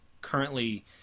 currently